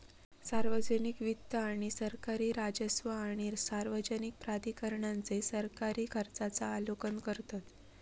सार्वजनिक वित्त सरकारी राजस्व आणि सार्वजनिक प्राधिकरणांचे सरकारी खर्चांचा आलोकन करतत